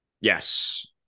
Yes